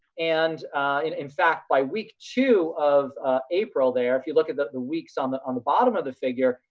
and in fact, by week two of april there, if you look at the the weeks on the on the bottom of the figure,